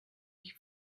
ich